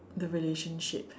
the relationship